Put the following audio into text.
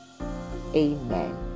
Amen